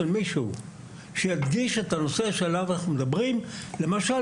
של מישהו שיקדיש את הנושא שעליו אנחנו מדברים למשל,